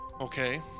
okay